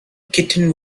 kitten